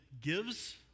gives